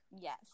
Yes